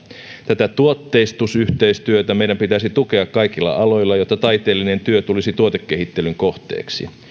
tätä tuotteistusyhteistyötä meidän pitäisi tukea kaikilla aloilla jotta taiteellinen työ tulisi tuotekehittelyn kohteeksi